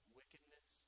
wickedness